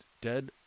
Dead